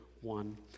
one